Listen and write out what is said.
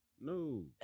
no